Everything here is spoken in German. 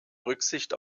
rücksicht